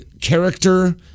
character